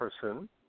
person